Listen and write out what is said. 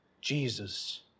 Jesus